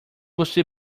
você